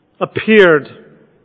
appeared